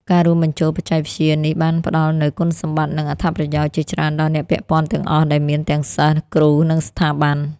ការរួមបញ្ចូលបច្ចេកវិទ្យានេះបានផ្តល់នូវ គុណសម្បត្តិ និងអត្ថប្រយោជន៍ ជាច្រើនដល់អ្នកពាក់ព័ន្ធទាំងអស់ ដែលមានទាំងសិស្ស គ្រូ និងស្ថាប័ន។